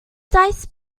dice